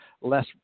less